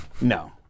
no